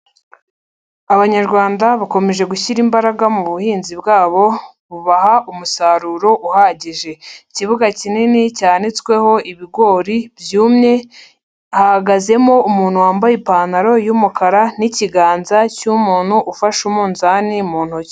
Abanyarwanda bakomeje gushyira imbaraga mu buhinzi bwabo, bubaha umusaruro uhagije. Ikibuga kinini cyanitsweho ibigori byumye, hahagazemo umuntu wambaye ipantaro y'umukara n'ikiganza cy'umuntu ufashe umunzani mu ntoki.